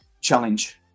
challenge